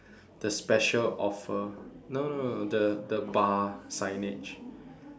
the special offer no no no the the bar signage